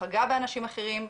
שפגע באנשים אחרים,